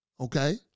Okay